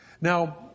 Now